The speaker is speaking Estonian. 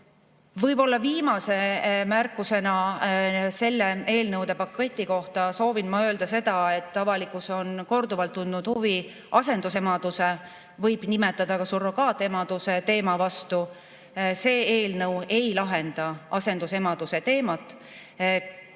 Võib-olla viimase märkusena selle eelnõude paketi kohta soovin ma öelda seda, et avalikkus on korduvalt tundnud huvi asendusemaduse – seda võib nimetada ka surrogaatemaduseks – teema vastu. See eelnõu ei lahenda asendusemaduse teemat.